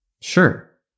Sure